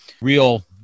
real